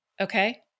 Okay